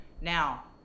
Now